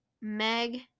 Meg